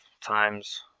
times